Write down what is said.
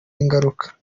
ingaruka